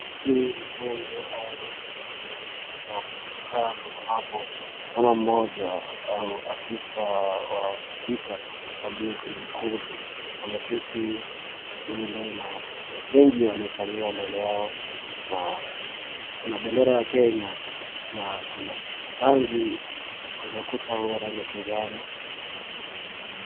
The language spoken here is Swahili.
Hii ni bunge au ofisi ya kiserikali ambapo mama moja au afisa wa spika walio kwenye ukurdu wameketi mbele. Na wengi wamekalia mbele yao. Na kuna bendera ya Kenya na kuna rangi kwenye ukuta huo rangi ya kijani.